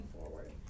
forward